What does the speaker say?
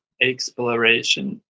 exploration